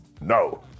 no